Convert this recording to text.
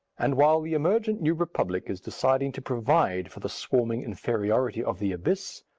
and while the emergent new republic is deciding to provide for the swarming inferiority of the abyss,